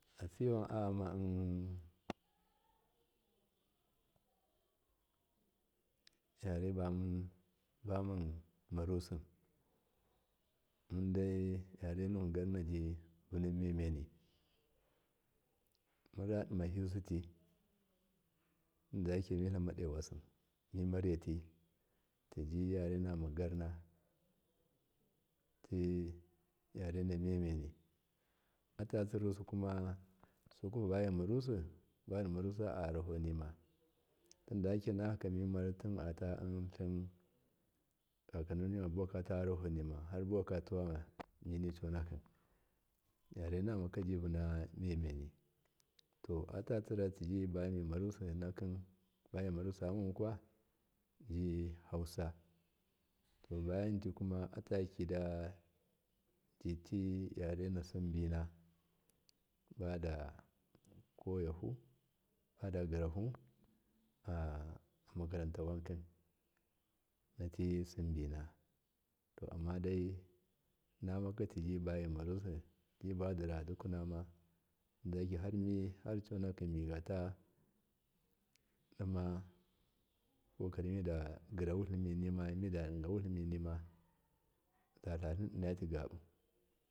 Atsiwan ayama in yarebarun marusi mundai yarenuwa garnaji vuna memeni munradima hiyusiti tindaya mtlamado wasi mimar yati tiji yarenama gar na ti yare na memeni ata tsirusu kuma sukwaba bamimarusi bafimarusa ayarahonima tindayake mimar tinatatlin ka kaminima buwakata yarahonima harbuwaka tuwama min conaki yarenamaka ji vuna memeni to atatsira tiji bamimarusa yama mukwa tiji hausa to bayanti huma atatida titi yarena simbina badakoyahu fada girahu aminaka ranta wanki nati simbina to ammada namaka tiji badiradukunama dakemi har conakin miga tadima kokari midagir a wutliminima midagira wutliminima datlatlin innati.